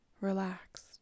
relaxed